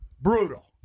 brutal